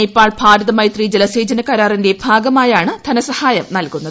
നേപ്പാൾ ഭാരത് മൈത്രി ജലസേചന കരാറിന്റെ ഭാഗമായാണ് ധനസഹായം നൽകുന്നത്